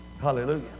Hallelujah